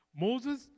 Moses